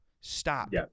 stop